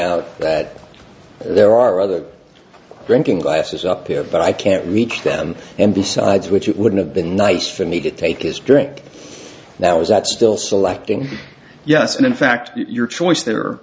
out that there are other drinking glasses up here but i can't reach them and besides which it would've been nice for me to take his drink that was at still selecting yes and in fact your choice there